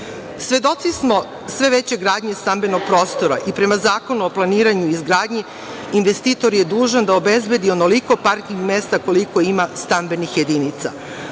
kazne? Svedoci smo sve veće gradnje stambenog prostora i prema Zakonu o planiranju i izgradnji investitor je dužan da obezbedi onoliko parking mesta koliko ima stambenih jedinica.